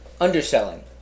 underselling